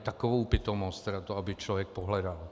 Takovou pitomost teda, to aby člověk pohledal!